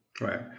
right